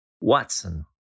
Watson